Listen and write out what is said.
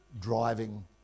driving